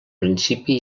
principi